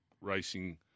racing